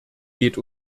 geht